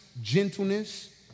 gentleness